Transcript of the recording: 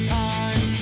time